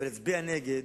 להצביע בעד